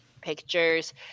pictures